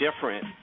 different